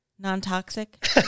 Non-toxic